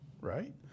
right